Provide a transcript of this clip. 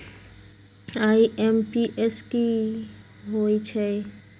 IMPS की होईछइ?